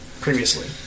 previously